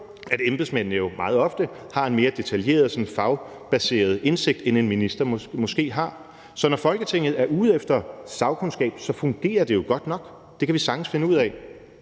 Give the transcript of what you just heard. at embedsmændene meget ofte har en mere detaljeret og sådan mere fagligt baseret indsigt, end en minister måske har. Så når Folketinget er ude efter sagkundskab, fungerer det jo godt nok – det kan vi sagtens finde ud af.